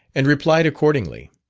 and replied accordingly.